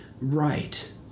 right